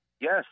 Yes